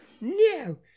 No